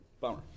Bummer